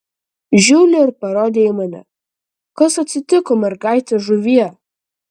žiuli ir parodė į mane kas atsitiko mergaite žuvie